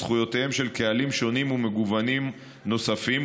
זכויותיהם של קהלים שונים ומגוונים נוספים,